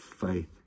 faith